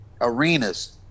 arenas